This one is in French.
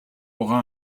aura